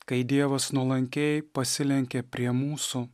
kai dievas nuolankiai pasilenkė prie mūsų